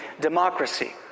democracy